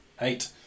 eight